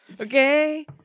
Okay